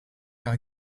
are